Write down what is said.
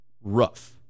rough